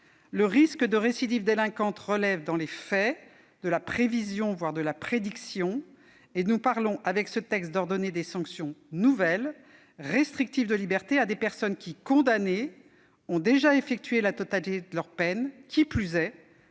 le risque de récidive délinquante relève, dans les faits, de la prévision, voire de la prédiction. Et nous parlons, en examinant ce texte, d'ordonner des sanctions nouvelles, restrictives de liberté, à l'encontre de personnes qui, condamnées, ont déjà effectué la totalité de leur peine, qui plus est